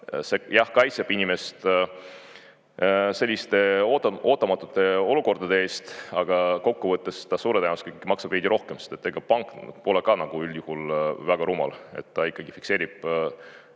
see kaitseb inimest selliste ootamatute olukordade eest, aga kokkuvõttes ta suure tõenäosusega maksab ikkagi veidi rohkem. Ega pank pole ka üldjuhul väga rumal, ta ikkagi fikseerib